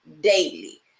daily